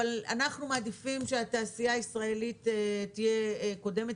אנחנו מעדיפים שהתעשייה הישראלית תהיה קודמת,